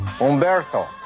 Umberto